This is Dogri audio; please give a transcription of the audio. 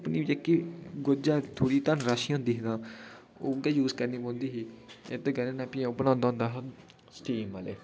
अपनी बी जेह्की गोझै थोह्ड़ी धनराशि होंदी ही तां उ'ऐ यूज़ करनी पौंदी ही ते एह्दे करने नै भी अं'ऊ बनांदा होंदा हा स्टीम आह्ले